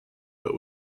but